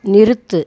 நிறுத்து